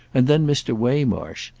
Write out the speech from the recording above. and then mr. waymarsh.